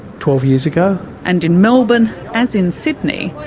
twelve years ago. and in melbourne, as in sydney,